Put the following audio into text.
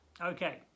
Okay